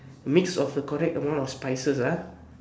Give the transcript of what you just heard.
mix of the correct amount of spices ah